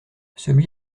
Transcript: celui